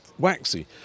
waxy